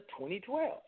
2012